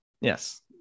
Yes